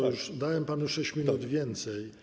bo już dałem panu 6 minut więcej.